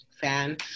fan